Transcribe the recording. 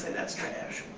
that's trash.